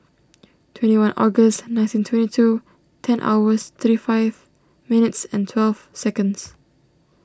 twenty one August nothing twenty two ten hours thirty five minutes and twelve seconds